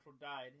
died